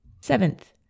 Seventh